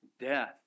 death